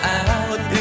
out